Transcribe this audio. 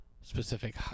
specific